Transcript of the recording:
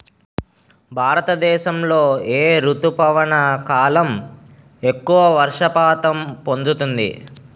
భారతదేశంలో ఏ రుతుపవన కాలం ఎక్కువ వర్షపాతం పొందుతుంది?